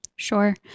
Sure